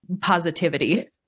positivity